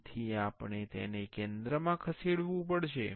તેથી આપણે તેને કેન્દ્રમાં ખસેડવું પડશે